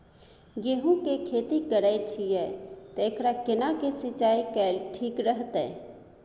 गेहूं की खेती करे छिये ते एकरा केना के सिंचाई कैल ठीक रहते?